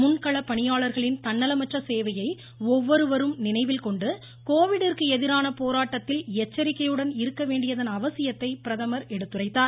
முன்களப் பணியாளர்களின் தன்னலமற்ற சேவையை ஒவ்வொருவரும் நினைவில் கொண்டு கோவிட்டிற்கு எதிரான போராட்டத்தில் எச்சரிக்கையுடன் இருக்க வேண்டியதன் அவசியத்தை பிரதமர் எடுத்துரைத்தார்